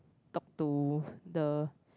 up to the